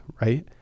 right